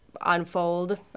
unfold